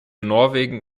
norwegen